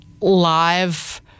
live